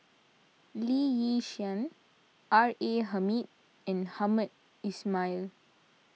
Lee Yi Shyan R A Hamid and Hamed Ismail